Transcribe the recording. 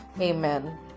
Amen